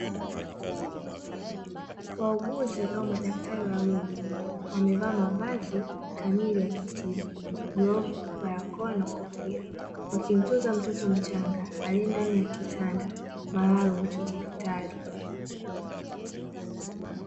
Wauguzi au madaktari wamevaa mavazi kamili ya kitiba ,glovu, barakoa na kofia wakimtunza mtoto mchanga alie ndani ya kitanda maalumu cha hospitali.